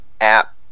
app